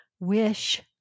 wish